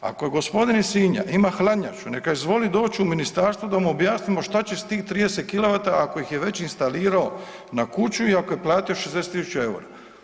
Ako gospodin iz Sinja ima hladnjaču neka izvoli doć u ministarstvo da mu objasnimo šta će s tim 30 kW ako ih je već instalirao na kuću i ako je platio 60.000 eura.